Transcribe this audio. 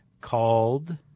called